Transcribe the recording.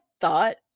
thought